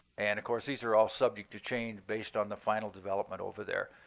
and of course, these are all subject to change based on the final development over there.